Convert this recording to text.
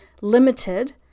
limited